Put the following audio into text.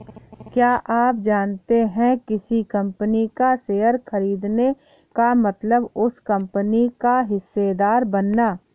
क्या आप जानते है किसी कंपनी का शेयर खरीदने का मतलब उस कंपनी का हिस्सेदार बनना?